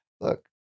look